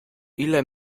ile